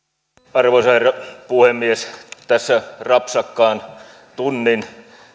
arvoisa herra puhemies tässä rapsakkaan tunnin